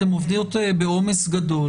אתן עובדות בעומס גדול.